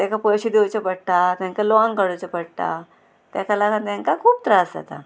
तेका पयशे दिवचे पडटा तेंका लॉन काडुचें पडटा तेका लागून तेंकां खूब त्रास जाता